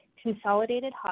Consolidated